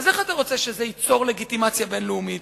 איך אתה רוצה שזה ייצור לגיטימציה בין-לאומית?